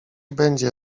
będzie